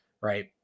right